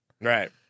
Right